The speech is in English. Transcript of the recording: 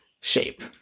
shape